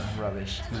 Rubbish